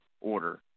order